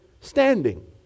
standing